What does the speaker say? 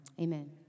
Amen